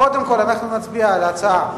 קודם כול אנחנו נצביע על ההצעה,